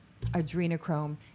adrenochrome